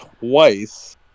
twice